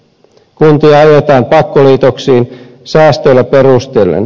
kuntia ajetaan pakkoliitoksiin säästöillä perustellen